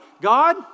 God